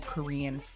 Korean